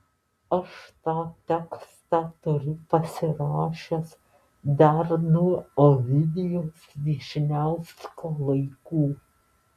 aš tą tekstą turiu pasirašęs dar nuo ovidijaus vyšniausko laikų